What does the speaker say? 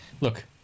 Look